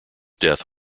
death